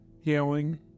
healing